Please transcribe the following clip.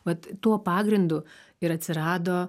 vat tuo pagrindu ir atsirado